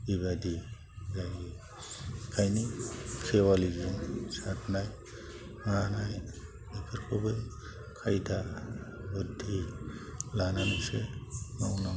बेबायदि जायो बेखायनो खेवयालिनि सारनाय मानाय बेफोरखौबो खायदा बुद्दि लानानैसो मावनांगौ